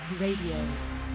RADIO